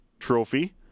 trophy